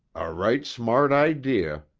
a right smart idea,